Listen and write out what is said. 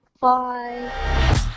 Bye